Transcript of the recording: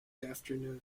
afternoon